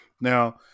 Now